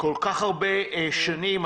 כל כך הרבה שנים.